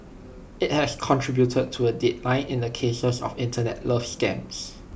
IT has contributed to A decline in the cases of Internet love scams